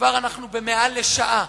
כבר אנחנו בדיון מעל לשעה.